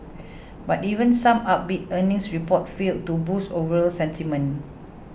but even some upbeat earnings reports failed to boost overall sentiment